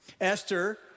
Esther